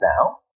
now